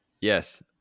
Yes